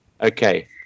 Okay